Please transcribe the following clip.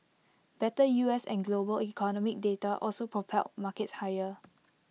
better U S and global economic data also propelled markets higher